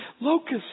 locusts